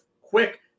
Quick